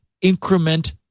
increment